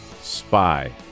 spy